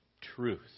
truth